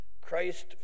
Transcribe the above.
Christ